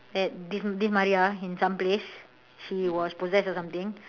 at this Maria in some place she was possessed or something